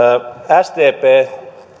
sdp